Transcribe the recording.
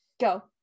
go